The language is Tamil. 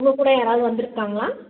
உங்கள் கூட யாராவது வந்திருக்காங்களா